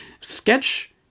Sketch